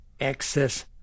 access